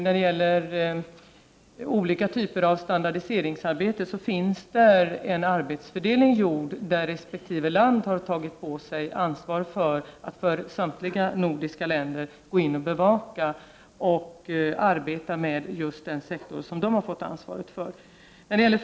När det gäller olika typer av standardiseringsarbete har det gjorts en arbetsfördelning där resp. land har tagit på sig ansvar för att för samtliga nordiska länders räkning bevaka och arbeta med just den sektor som man har blivit tilldelad.